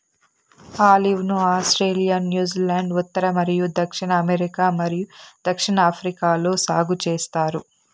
olive ను Australia, New Zealand, ఉత్తర మరియు దక్షిణ అమెరికా మరియు దక్షిణాఫ్రికాలో సాగు చేస్తారు